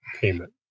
payment